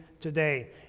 today